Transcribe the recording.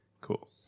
Cool